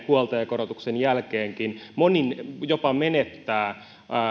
huoltajakorotuksen jälkeenkin moni menettää jopa